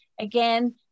Again